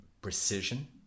precision